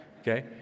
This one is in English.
okay